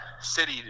City